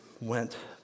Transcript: went